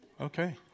Okay